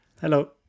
Hello